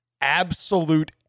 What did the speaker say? absolute